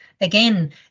again